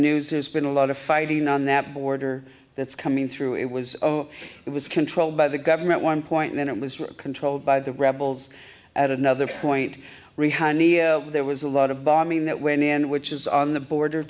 news it's been a lot of fighting on that border that's coming through it was it was controlled by the government one point then it was controlled by the rebels at another point there was a lot of bombing that went in which is on the border